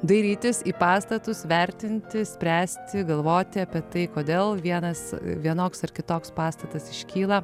dairytis į pastatus vertinti spręsti galvoti apie tai kodėl vienas vienoks ar kitoks pastatas iškyla